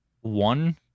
one